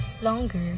Longer